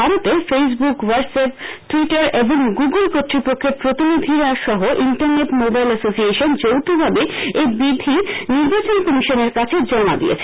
ভারতে Facebook WhatsApp Twitter এবং Google কর্তৃপক্ষের প্রতিনিধিসহ ইন্টারনেট মোবাইল এসোসিয়েশন যৌখভাবে এই বিধি নির্বাচন কমিশনের কাছে জমা দিয়েছেন